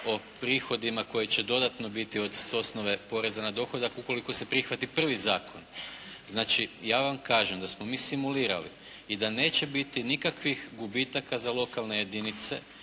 o prihodima koji će dodatno biti od osnove poreza na dohodak ukoliko se prihvati prvi zakon. Znači, ja vam kažem da smo mi simulirali i da neće biti nikakvih gubitaka za lokalne jedinice